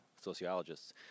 sociologists